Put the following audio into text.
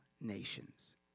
nations